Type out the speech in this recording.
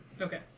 Okay